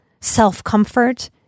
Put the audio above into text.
self-comfort